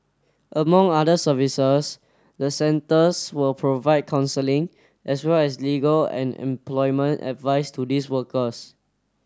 among other services the centres will provide counselling as well as legal and employment advice to these workers